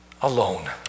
alone